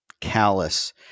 callous